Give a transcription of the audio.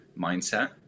mindset